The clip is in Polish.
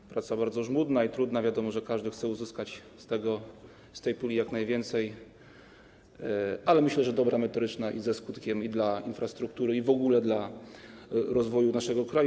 To praca bardzo żmudna i trudna - wiadomo, że każdy chce uzyskać z tej puli jak najwięcej - ale, jak myślę, dobra, merytoryczna i ze skutkiem dla infrastruktury i w ogóle dla rozwoju naszego kraju.